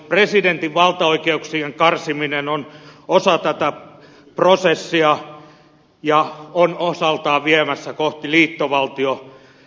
presidentin valtaoikeuksien karsiminen on osa tätä prosessia ja on osaltaan viemässä kohti liittovaltiokehitystä